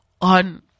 on